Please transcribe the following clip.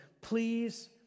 Please